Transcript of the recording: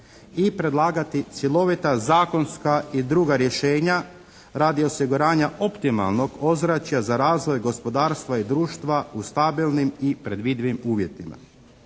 i predlagati cjelovita zakonska i druga rješenja radi osiguranja optimalnog ozračja za razvoj gospodarstva i društva u stabilnim i predvidivim uvjetima.